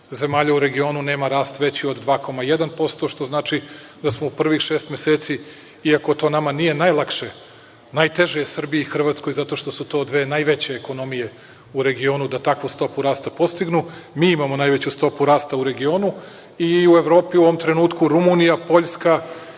zemalja u regionu nema rast veći od 2,1%, što znači da smo u prvih šest meseci, iako to nama nije najlakše, najteže je Srbiji i Hrvatskoj, zato što su to dve najveće ekonomije u regionu da takvu stopu rasta postignu. Mi imamo najveću stopu rasta u regionu i u Evropi u ovom trenutku Rumunija, Poljska,